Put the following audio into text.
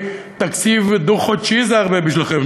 תקציב דו-חודשי זה הרבה בשבילכם,